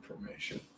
information